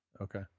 Okay